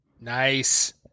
Nice